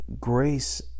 grace